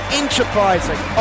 enterprising